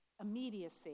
immediacy